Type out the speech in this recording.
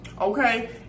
okay